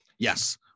Yes